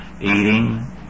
eating